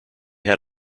had